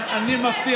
מתי?